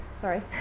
sorry